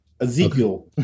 Ezekiel